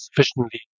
sufficiently